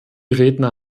redner